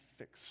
fix